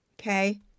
Okay